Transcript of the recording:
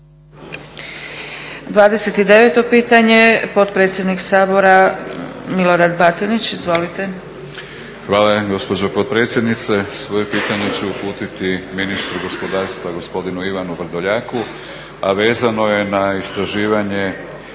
29. pitanje. potpredsjednik Sabora Milorad Batinić. Izvolite. **Batinić, Milorad (HNS)** Hvala gospođo potpredsjednice. Svoje pitanje ću uputiti ministru gospodarstva gospodinu Ivanu Vrdoljaku a vezano je na istraživanje